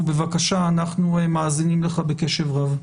בבקשה, אנחנו מאזינים לך בקשב רב.